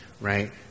right